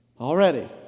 Already